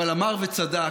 אבל אמר וצדק,